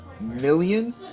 Million